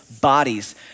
bodies